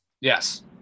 Yes